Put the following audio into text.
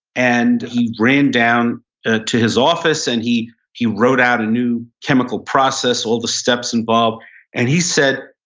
and he ran down to his office and he he wrote out a new chemical process, all the steps involved. and but and he said,